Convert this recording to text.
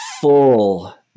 full